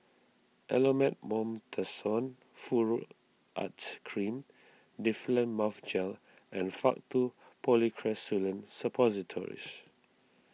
Elomet Mometasone Furoate Cream Difflam Mouth Gel and Faktu Policresulen Suppositories